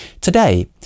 Today